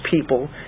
people